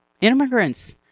immigrants